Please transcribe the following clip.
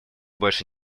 больше